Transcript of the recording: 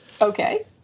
Okay